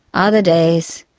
other days,